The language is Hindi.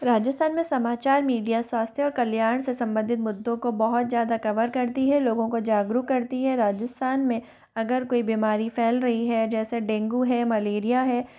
राजस्थान में समाचार मीडिया स्वास्थ्य और कल्याण से संबंधित मुद्दों को बहुत ज़्यादा कवर करती है लोगों को जागरूक करती है राजस्थान में अगर कोई बीमारी फ़ैल रही है जैसे डेंगू है मलेरिया है